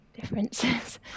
differences